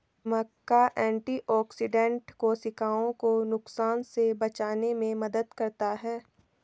मक्का antioxidant कोशिकाओं को नुकसान से बचाने में मदद करता है